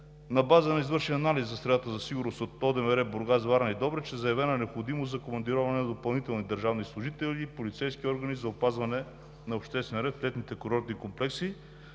На базата на извършен анализ на средата за сигурност от ОДВР – Бургас, Варна и Добрич, е заявена необходимост за командироване на допълнителни държавни служители и полицейски органи за опазване на обществения ред в техните курортни комплекси,